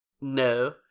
No